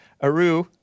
Aru